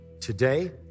today